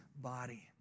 body